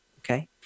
Okay